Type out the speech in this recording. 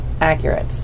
accurate